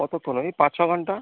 কতোক্ষণ ওই পাঁচ ছ ঘন্টা